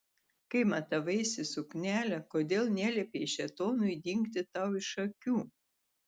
kai matavaisi suknelę kodėl neliepei šėtonui dingti tau iš akių